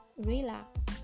relax